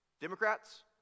Democrats